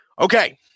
Okay